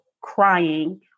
crying